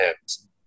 hands